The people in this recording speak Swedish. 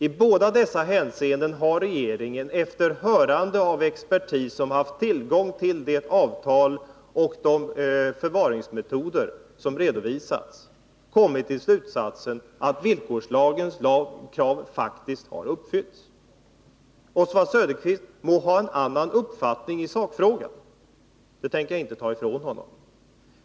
I dessa båda hänseenden har regeringen, efter hörande av expertis som haft tillgång till avtalet och kännedom om de förvaringsmetoder som redovisats, kommit till slutsatsen att villkorslagens krav faktiskt har uppfyllts. Oswald Söderqvist må ha en annan uppfattning i sakfrågan — den rätten tänker jag inte ta ifrån honom.